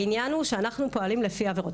העניין הוא שאנחנו פועלים לפי עבירות.